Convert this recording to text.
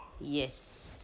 yes